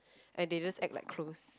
and they act like close